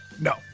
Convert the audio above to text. No